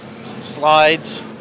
slides